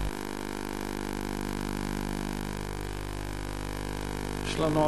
(להלן